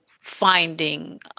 finding